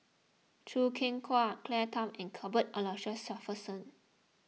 Choo Keng Kwang Claire Tham and Cuthbert Aloysius Shepherdson